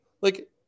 Like-